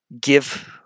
give